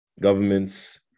governments